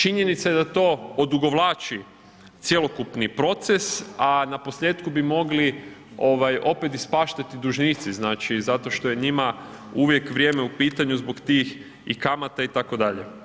Činjenica je da to odugovlači cjelokupni proces a na posljetku bi mogli opet ispaštati dužnici, znači zato što je njima uvijek vrijeme u pitanju zbog tih i kamata itd.